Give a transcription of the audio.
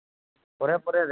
ପରେ ପରେ ରେଟ୍